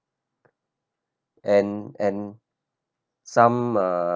and and some uh